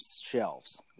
shelves